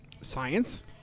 science